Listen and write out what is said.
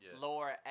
lower